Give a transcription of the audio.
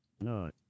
no